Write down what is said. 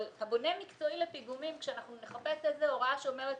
אבל הבונה המקצועי, כשאנחנו נחפש הוראה שאומרת